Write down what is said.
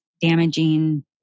damaging